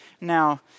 Now